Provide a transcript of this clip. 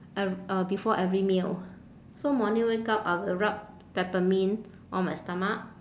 ever~ uh before every meal so morning wake up I will rub peppermint on my stomach